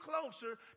closer